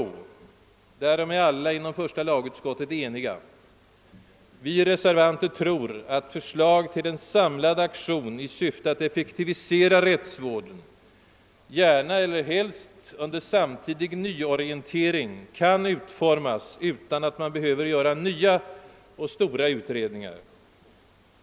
Därom är alla inom första lagutskottet eniga. Vi reservanter tror att förslag om en samlad aktion i syfte att effektivisera rättsvården, gärna eller helst under samtidig nyorientering, kan utformas utan att man behöver göra nya och stora utredningar.